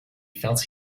felt